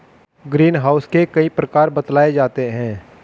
green house के कई प्रकार बतलाए जाते हैं